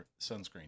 sunscreen